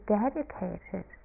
dedicated